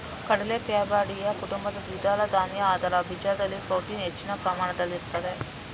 ಕಡಲೆ ಫ್ಯಾಬಾಯ್ಡಿಯಿ ಕುಟುಂಬದ ದ್ವಿದಳ ಧಾನ್ಯ ಅದರ ಬೀಜದಲ್ಲಿ ಪ್ರೋಟೀನ್ ಹೆಚ್ಚಿನ ಪ್ರಮಾಣದಲ್ಲಿರ್ತದೆ